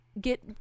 get